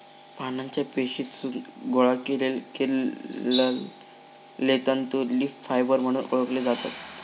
पानांच्या पेशीतसून गोळा केलले तंतू लीफ फायबर म्हणून ओळखले जातत